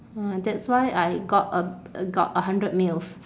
ha that's why I got a got a hundred mils